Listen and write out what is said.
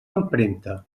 empremta